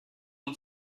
und